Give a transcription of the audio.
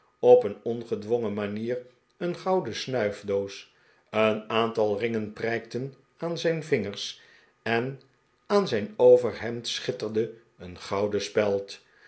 op een ongedwongen manier een gouden snuifdoos een aantal r in gen prijkten aan zijn vingers en aan zijn overhemd schitterde een gouden speld